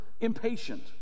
impatient